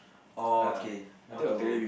orh okay what to